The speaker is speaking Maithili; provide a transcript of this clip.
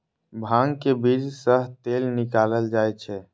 भांग के बीज सं तेल निकालल जाइ छै